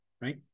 right